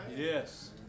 Yes